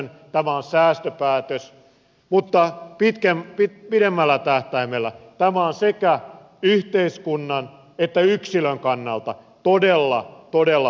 tämä on säästöpäätös mutta pidemmällä tähtäimellä tämä on sekä yhteiskunnan että yksilön kannalta todella todella huono päätös